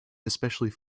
especially